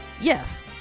Yes